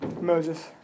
Moses